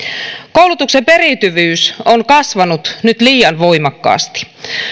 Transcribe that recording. koulutuksen periytyvyys on kasvanut nyt liian voimakkaasti